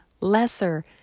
lesser